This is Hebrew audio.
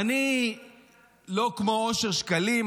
אני לא כמו אושר שקלים,